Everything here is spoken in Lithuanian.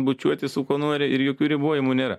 bučiuotis su kuo nori ir jokių ribojimų nėra